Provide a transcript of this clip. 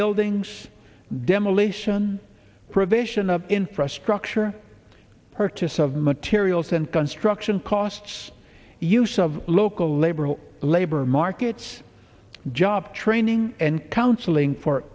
buildings demolition provision of infrastructure purchase of materials and construction costs use of local labor or labor markets job training and counseling for